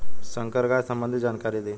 संकर गाय सबंधी जानकारी दी?